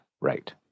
Right